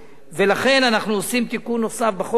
ולכן אנחנו עושים תיקון נוסף בחוק הזה,